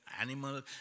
animal